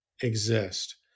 exist